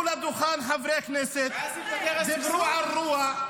עלו לדוכן, דיברו על רוע,